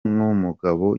numugabo